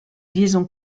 liaisons